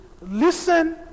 listen